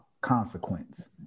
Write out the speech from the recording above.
consequence